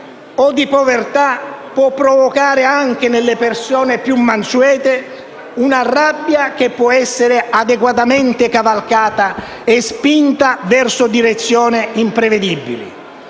o di povertà, può provocare, anche nelle persone più mansuete, una rabbia che può essere adeguatamente cavalcata e spinta verso direzioni imprevedibili.